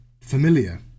familiar